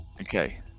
Okay